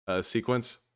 sequence